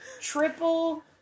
Triple